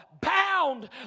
bound